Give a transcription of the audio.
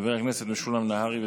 חבר הכנסת משולם נהרי.